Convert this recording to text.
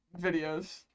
videos